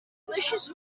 delicious